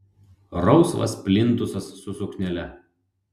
rausvas plintusas su suknele